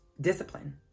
Discipline